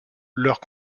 leurs